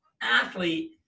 athlete